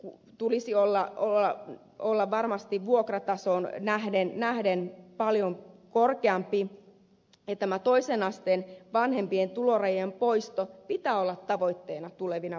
asumistuen tulisi olla varmasti vuokratasoon nähden paljon korkeampi ja tämän toisen asteen opiskelijoiden vanhempien tulorajojen poiston pitää olla tavoitteena tulevina vuosina